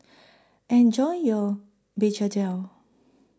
Enjoy your Begedil